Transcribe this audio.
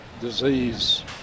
disease